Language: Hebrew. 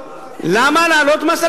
למה להעלות מס?